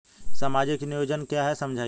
सामाजिक नियोजन क्या है समझाइए?